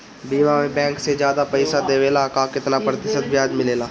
बीमा में बैंक से ज्यादा पइसा देवेला का कितना प्रतिशत ब्याज मिलेला?